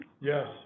Yes